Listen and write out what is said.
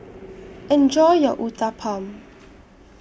Enjoy your Uthapam